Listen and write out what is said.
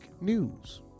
news